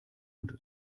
und